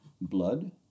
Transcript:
blood